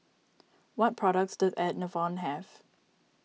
what products does Enervon have